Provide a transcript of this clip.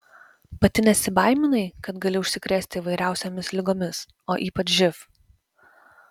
pati nesibaiminai kad gali užsikrėsti įvairiausiomis ligomis o ypač živ